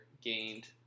gained